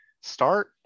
start